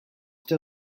der